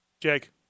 jake